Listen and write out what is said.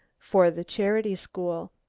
for the charity school.